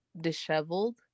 disheveled